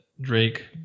Drake